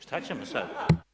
Šta ćemo sada.